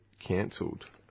cancelled